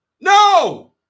No